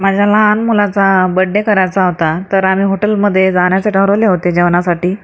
माझ्या लहान मुलाचा बड्डे करायचा होता तर आम्ही हॉटेलमध्ये जाण्याचे ठरवले होते जेवणासाठी